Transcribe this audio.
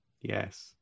Yes